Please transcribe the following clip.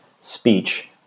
speech